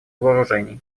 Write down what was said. вооружений